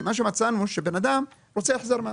כיוון שמצאנו שבן אדם רוצה החזר מס,